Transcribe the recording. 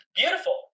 beautiful